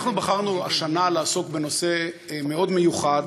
אנחנו בחרנו השנה לעסוק בנושא מאוד מיוחד,